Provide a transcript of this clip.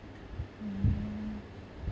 mm